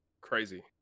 crazy